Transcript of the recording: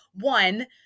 one